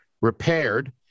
repaired